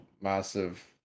massive